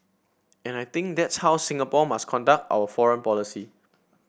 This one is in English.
and I think that's how Singapore must conduct our foreign policy